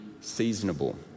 seasonable